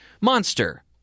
monster